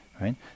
Right